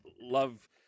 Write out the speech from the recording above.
love